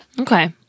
Okay